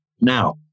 Now